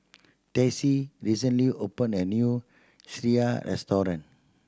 Tessie recently opened a new sireh restaurant